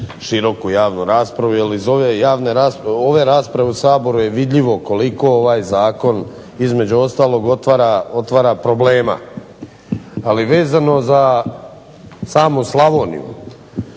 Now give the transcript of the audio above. široku javnu raspravu jer iz ove rasprave u Saboru je vidljivo koliko ovaj zakon između ostalog otvara problema. Ali vezano za samu Slavoniju,